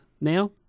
now